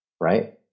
Right